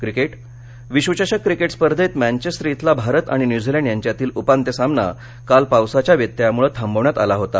cricket विश्वचषक cricket स्पर्धेत Manchester इथला भारत आणि न्युझीलंड यांच्यातील उपांत्य सामना काल पावसाच्या व्यत्ययामुळे थांबवण्यात आला होता